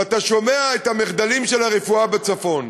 ואתה שומע את המחדלים של הרפואה בצפון.